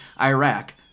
Iraq